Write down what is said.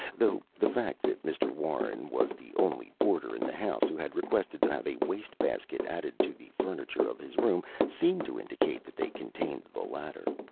though the fact that mr. warren was the only boarder in the house who had requested to have a waste-basket added to the furniture of his room seemed to indicate that they contained the latter.